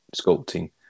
sculpting